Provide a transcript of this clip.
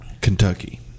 Kentucky